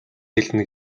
хэлнэ